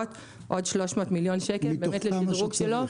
עוד 300 מיליון שקלים לשדרוג שלו.